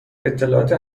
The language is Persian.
اطلاعات